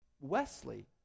Wesley